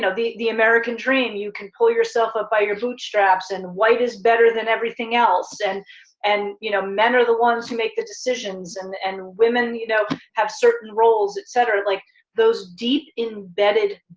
the the american dream, you can pull yourself up by your bootstraps, and white is better than everything else, and and you know men are the ones who make the decisions, and and women, you know, have certain roles, et cetera. like those deep, embedded,